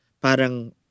parang